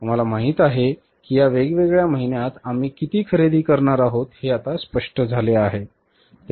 आम्हाला माहित आहे की या वेगवेगळ्या महिन्यांत आम्ही किती खरेदी करणार आहोत हे आता स्पष्ट झाले आहे